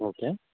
okay